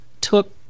took